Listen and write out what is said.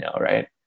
right